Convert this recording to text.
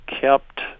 kept